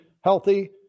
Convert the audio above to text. healthy